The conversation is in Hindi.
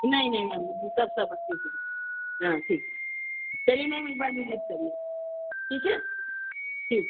नहीं नहीं मैम सब सब अच्छी होगी टीम हाँ ठीक चलिए मैम एक बार विजिट करिए ठीक है ठीक